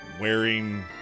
wearing